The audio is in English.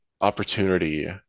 opportunity